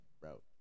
bro